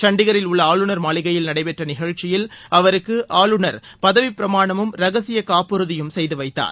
சண்டிகரில் உள்ள ஆளுநர் மாளிகையில் நடைபெற்ற நிகழ்ச்சியில் அவருக்கு ஆளுநர் பதவி பிரமாணமும் ரகசிய காப்புறுதியும் செய்து வைத்தார்